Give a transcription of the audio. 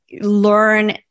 learn